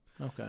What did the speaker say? Okay